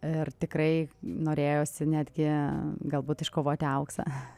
ir tikrai norėjosi netgi galbūt iškovoti auksą